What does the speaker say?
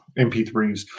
MP3s